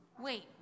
Wait